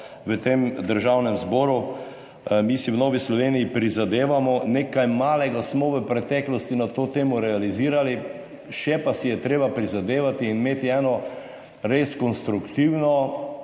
v tem Državnem zboru. Mi si v Novi Sloveniji prizadevamo, nekaj malega smo v preteklosti na to temo realizirali, še pa si je treba prizadevati in imeti eno res konstruktivno,